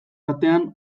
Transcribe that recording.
artean